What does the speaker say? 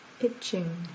itching